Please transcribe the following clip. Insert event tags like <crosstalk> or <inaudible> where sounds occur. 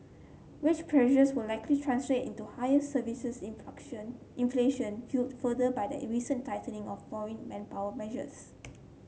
wage pressures will likely translate into higher services <unintelligible> inflation fuelled further by the recent tightening of foreign manpower measures